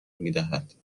میدهد